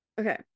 okay